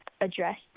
address